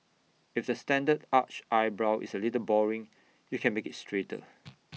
if the standard arched eyebrow is A little boring you can make IT straighter